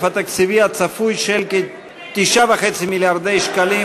התקציבי הצפוי של כ-9.5 מיליארדי שקלים,